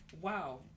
Wow